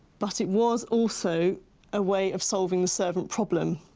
but it was also a way of solving the servant problem,